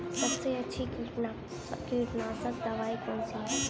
सबसे अच्छी कीटनाशक दवाई कौन सी है?